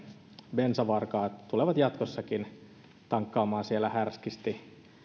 bensavarkaat tulevat jatkossakin tankkaamaan siellä härskisti